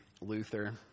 Luther